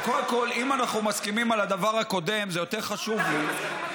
אם אנחנו מסכימים על הדבר הקודם, זה יותר חשוב לי.